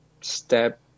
step